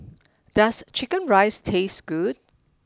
does chicken rice taste good